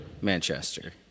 manchester